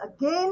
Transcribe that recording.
again